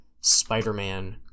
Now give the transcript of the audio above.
Spider-Man